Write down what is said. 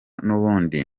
n’ubundi